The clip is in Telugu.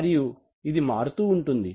మరియు ఇది మారుతూ ఉంటుంది